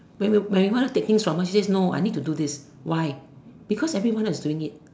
when we when we want to take things from her she said no I need to do this why because everyone is doing it